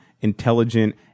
intelligent